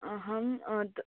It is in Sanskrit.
अहम्